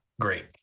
great